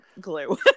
glue